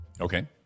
okay